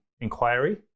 Inquiry